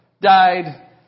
died